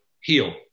heal